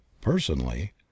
Personally